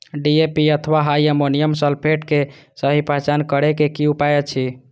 DAP अथवा di ammonium phosphate के सहि पहचान करे के कि उपाय अछि?